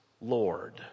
Lord